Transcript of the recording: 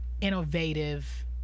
innovative